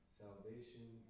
salvation